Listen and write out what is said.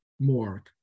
more